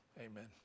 Amen